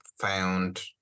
found